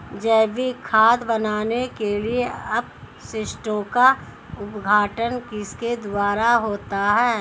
जैविक खाद बनाने के लिए अपशिष्टों का अपघटन किसके द्वारा होता है?